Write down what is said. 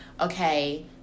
okay